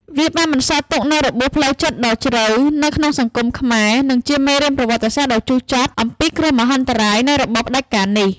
វាបានបន្សល់ទុកនូវរបួសផ្លូវចិត្តដ៏ជ្រៅនៅក្នុងសង្គមខ្មែរ និងជាមេរៀនប្រវត្តិសាស្ត្រដ៏ជូរចត់អំពីគ្រោះមហន្តរាយនៃរបបផ្តាច់ការនេះ។